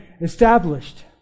established